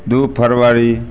दू फरवरी